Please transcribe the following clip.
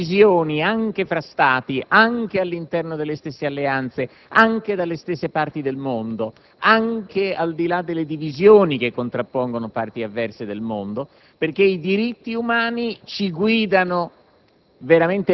e di imprecisioni anche tra Stati, anche all'interno delle stesse alleanze, anche nelle stesse parti del mondo e anche al di là delle divisioni che contrappongono parti avverse del mondo. Il tema dei diritti umani, infatti,